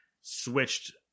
switched